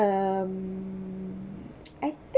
um I think